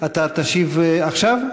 אתה תשיב עכשיו?